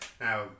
now